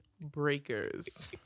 breakers